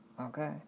Okay